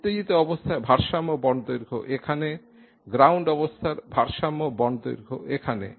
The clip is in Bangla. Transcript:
উত্তেজিত অবস্থায় ভারসাম্য বন্ড দৈর্ঘ্য এখানে গ্রাউন্ড অবস্থার ভারসাম্য বন্ড দৈর্ঘ্য এখানে